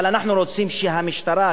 אבל אנחנו רוצים שהמשטרה,